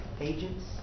agents